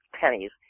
pennies